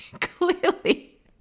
Clearly